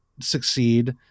succeed